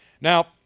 Now